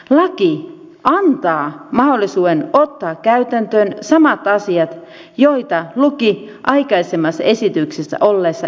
laki antaa mahdollisuuden ottaa käytäntöön samat asiat joita luki aikaisemmassa esityksessä olleissa heikentämiskieltopykälissä